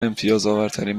امتیازاورترین